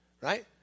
right